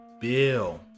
Bill